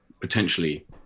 potentially